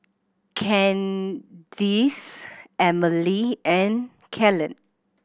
Candyce Emelie and Kellen